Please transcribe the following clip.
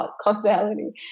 causality